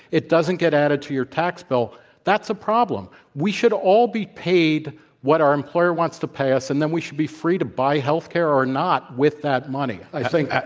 it doesn't get added to your tax bill, that's a problem. we should all be paid what our employer wants to pay us, and then we should be free to buy healthcare or not with that money. i was saying,